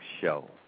show